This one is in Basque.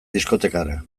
diskotekara